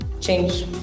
change